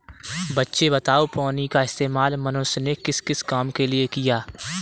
बच्चे बताओ पानी का इस्तेमाल मनुष्य ने किस किस काम के लिए किया?